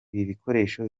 ibikoresho